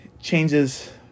changes